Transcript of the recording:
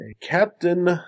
captain